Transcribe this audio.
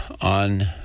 on